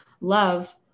love